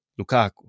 Lukaku